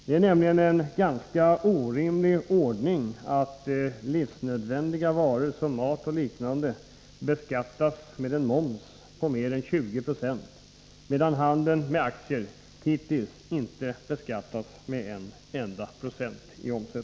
Det är nämligen en ganska orimlig ordning att mat och liknande livsnödvändiga varor beskattas med en moms på mer än 20 26, medan handeln med aktier hittills inte beskattats med en enda procent.